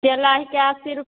केला हिके अस्सी रूपे